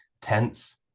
tense